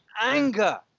anger